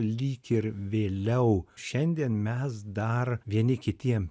lyg ir vėliau šiandien mes dar vieni kitiem